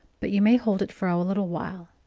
but you may hold it for a little while.